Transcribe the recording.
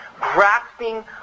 grasping